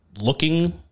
looking